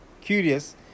curious